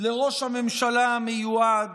גם לראש הממשלה המיועד